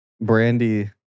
Brandy